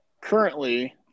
Currently –